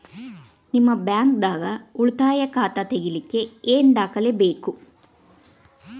ನಿಮ್ಮ ಬ್ಯಾಂಕ್ ದಾಗ್ ಉಳಿತಾಯ ಖಾತಾ ತೆಗಿಲಿಕ್ಕೆ ಏನ್ ದಾಖಲೆ ಬೇಕು?